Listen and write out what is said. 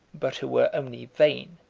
but who were only vain,